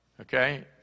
okay